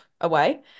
away